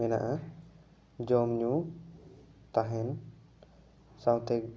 ᱢᱮᱱᱟᱜᱼᱟ ᱡᱚᱢ ᱧᱩ ᱛᱟᱦᱮᱱ ᱥᱟᱶᱛᱮ